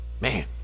Man